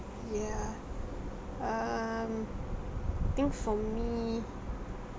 yeah um I think for me